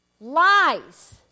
lies